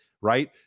right